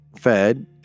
fed